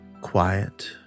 quiet